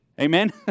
Amen